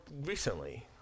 recently